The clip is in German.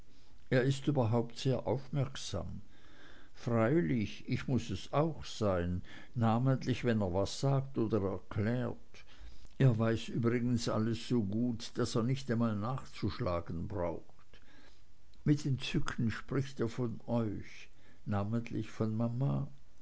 er ist überhaupt sehr aufmerksam freilich ich muß es auch sein namentlich wenn er was sagt oder erklärt er weiß übrigens alles so gut daß er nicht einmal nachzuschlagen braucht mit entzücken spricht er von euch namentlich von mama